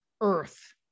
Earth